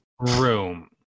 room